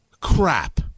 crap